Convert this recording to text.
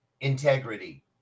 integrity